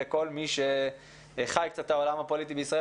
וכל מי שחי קצת בעולם הפוליטי בישראל,